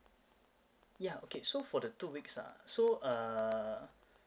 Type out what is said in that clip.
ya okay so for the two weeks ah so uh